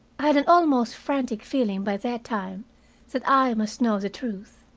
i had an almost frantic feeling by that time that i must know the truth.